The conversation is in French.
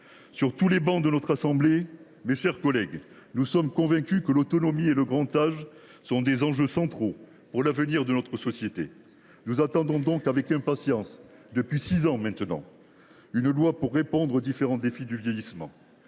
Sur toutes les travées de notre assemblée, nous sommes convaincus que l’autonomie et le grand âge sont des enjeux centraux pour l’avenir de notre société. Nous attendons donc avec impatience, depuis six ans maintenant, une loi pour répondre aux différents défis du vieillissement.